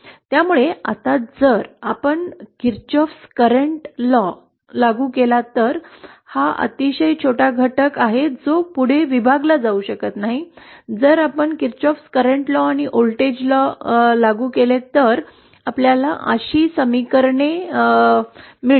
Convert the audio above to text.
त्यामुळे आता जर आपण किर्चॉफचा करेंट कायदा Kirchoff's current law लागू केला तर हा अतिशय छोटा घटक आहे जो पुढे विभागला जाऊ शकत नाही जर आपण किर्चॉफचे करेंट आणि व्होल्टेज चे कायदे लागू केले तर आपल्याला अशी समीकरणे मिळतात